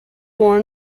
four